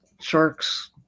sharks